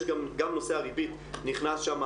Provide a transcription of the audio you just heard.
גם נושא הריבית נכנס שם,